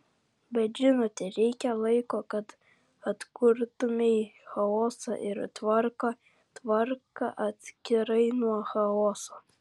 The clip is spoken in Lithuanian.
bet žinote reikia laiko kad atkurtumei chaosą ir tvarką tvarka atskirai nuo chaoso